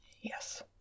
Yes